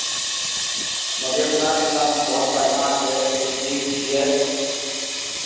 मधेपुरा जिलामे बहुत बढ़िआँ छै डिस्ट्रिक्ट छियै